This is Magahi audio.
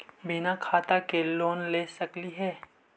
बिना खाता के लोन ले सकली हे?